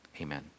Amen